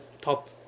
top